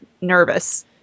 nervous